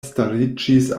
stariĝis